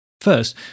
First